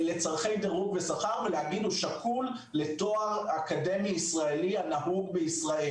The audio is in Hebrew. לצורכי דירוג ושכר ולהגיד שהוא שקול לתואר אקדמי ישראלי הנהוג בישראל.